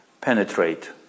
penetrate